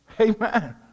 Amen